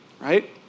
right